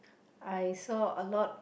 I saw a lot